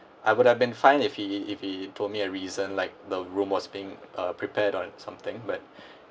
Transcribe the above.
I would have been fine if he if he told me a reason like the room was being uh prepared or something but